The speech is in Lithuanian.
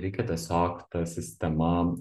reikia tiesiog ta sistema